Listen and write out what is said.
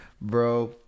bro